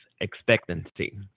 expectancy